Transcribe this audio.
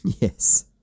Yes